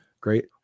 Great